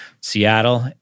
Seattle